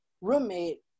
roommate